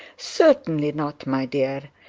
certainly not, my dear.